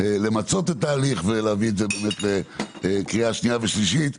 למצות את ההליך ולהביא את זה לקריאה שנייה ושלישית ונוכל,